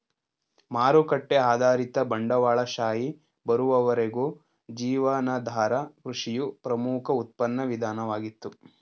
ಮಾರುಕಟ್ಟೆ ಆಧಾರಿತ ಬಂಡವಾಳಶಾಹಿ ಬರುವವರೆಗೂ ಜೀವನಾಧಾರ ಕೃಷಿಯು ಪ್ರಮುಖ ಉತ್ಪಾದನಾ ವಿಧಾನವಾಗಿತ್ತು